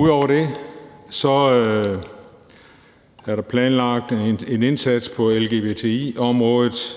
Ud over det er der planlagt en indsats på lgbti-området